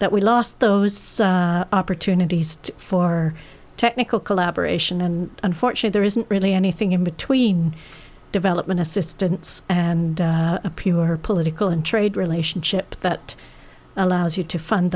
that we lost those opportunities for technical collaboration and unfortunate there isn't really anything in between development assistance and a pure her political and trade relationship that allows you to fund